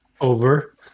Over